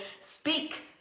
speak